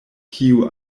kiu